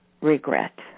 regret